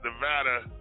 Nevada